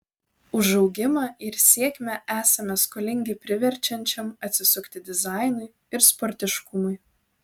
už augimą ir sėkmę esame skolingi priverčiančiam atsisukti dizainui ir sportiškumui